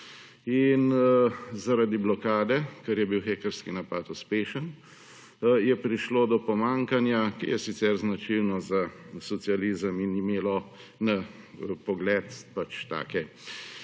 In zaradi blokade, ker je bil hekerski napad uspešen, je prišlo do pomanjkanja, ki je sicer značilno za socializem in imelo na pogled pač take,